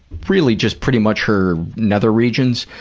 really just pretty much her nether regions,